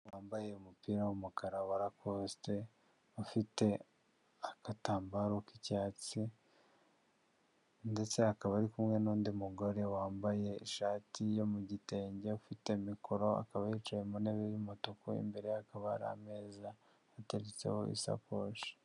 Umugabo wambaye umupira w'umukara wa lakosite, ufite agatambaro k'icyatsi, ndetse akaba ari kumwe n'ndi mugore wambaye ishati yo mu gitenge ufite mikoro akaba yicaye mu ntebe y'umutuku, imbere ye hakaba hari ameza ateretseho isakoshi.